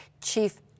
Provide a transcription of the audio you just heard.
Chief